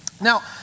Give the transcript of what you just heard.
Now